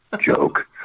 Joke